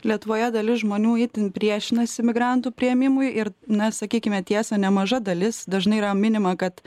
lietuvoje dalis žmonių itin priešinasi migrantų priėmimui ir na sakykime tiesą nemaža dalis dažnai yra minima kad